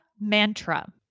mantra